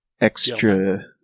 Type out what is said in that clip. extra